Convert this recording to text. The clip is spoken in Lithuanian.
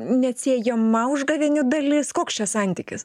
neatsiejama užgavėnių dalis koks čia santykis